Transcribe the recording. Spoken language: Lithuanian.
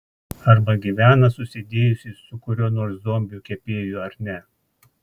arba gyvena susidėjusi su kuriuo nors zombiu kepėju ar ne